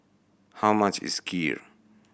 how much is Kheer